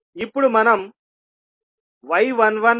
ఇప్పుడు మనం y11y120